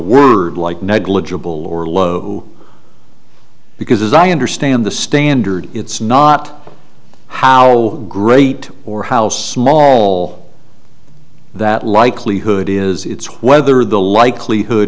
word like negligible or low because as i understand the standard it's not how great or how small that likelihood is it's whether the likelihood